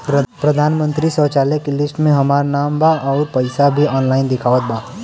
प्रधानमंत्री शौचालय के लिस्ट में हमार नाम बा अउर पैसा भी ऑनलाइन दिखावत बा